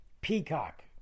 peacock